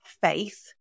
faith